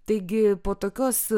taigi po tokios